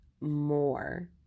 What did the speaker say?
more